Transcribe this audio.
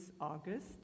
August